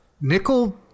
nickel